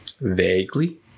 Vaguely